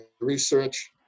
research